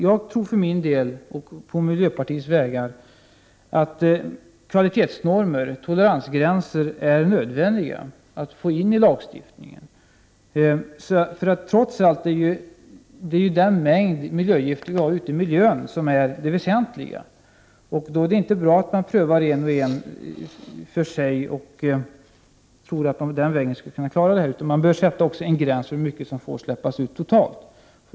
Jag tror för min del och på miljöpartiets vägnar att kvalitetsnormer och toleransgränser är nödvändiga att få in i lagstiftningen. Trots allt är det ju den mängd miljögifter vi har ute i miljön som är det väsentliga, och då är det inte bra att pröva var och en för sig och tro att man den vägen klarar detta, utan man bör också sätta en gräns för hur mycket som får släppas ut totalt.